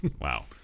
Wow